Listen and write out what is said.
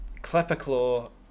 clapperclaw